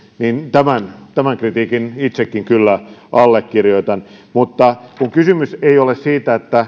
tämän tämän kritiikin itsekin kyllä allekirjoitan niin kysymys ei ole siitä